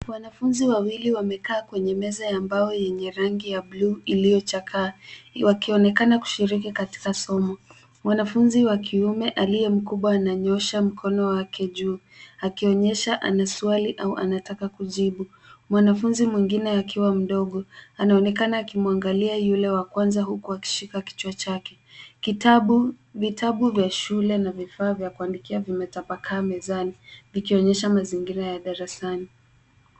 Wanafunzi wawili wamekaa kwenye meza ya mbao yenye rangi ya bluu iliyochakaa wakionekana kushiriki katika somo. Mwanafunzi wa kiume aliye mkubwa ananyoosha mkono wake juu, akionyesha ana swali au anataka kujibu. Mwanafunzi mwingine akiwa mdogo anaonekana akimwangalia yule wa kwanza huku akishika kichwa chake. Kitabu, vitabu vya shule na vifaa vya kuandikia vimetapakaa mezani, vikionyesha mazingira ya darasani.